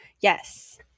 yes